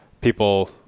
people